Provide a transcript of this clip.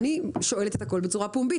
אני שואפת להכול בצורה פומבית,